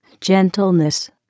gentleness